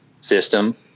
system